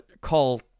call